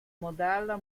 modella